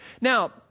Now